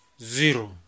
zero